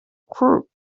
crook